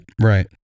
right